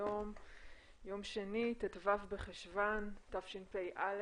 היום יום שני ט"ו בחשון תשפ"א